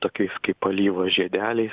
tokiais kaip alyvos žiedeliais